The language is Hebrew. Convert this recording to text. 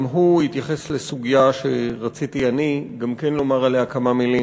גם הוא התייחס לסוגיה שרציתי אני גם כן לומר עליה כמה מילים,